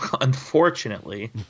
unfortunately